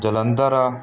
Jalandhar